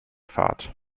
fahrt